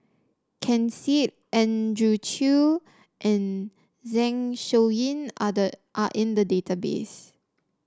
Ken Seet Andrew Chew and Zeng Shouyin are the are in the database